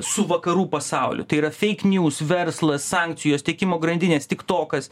su vakarų pasauliu tai yra feik niūs verslas sankcijos tiekimo grandinės tik tokas